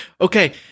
Okay